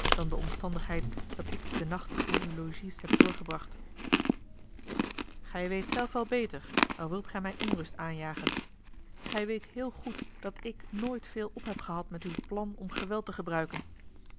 dan de omstandigheid dat ik den nacht in uw logies heb doorgebracht gij weet zelf wel beter al wilt gij mij onrust aanjagen gij a l g bosboom-toussaint de delftsche wonderdokter eel weet heel goed dat ik nooit veel op heb gehad met uw plan om geweld te gebruiken